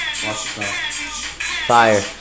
Fire